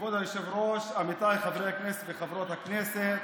כבוד היושב-ראש, עמיתיי חברי הכנסת וחברות הכנסת,